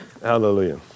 Hallelujah